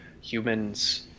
humans